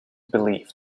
believe